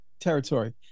territory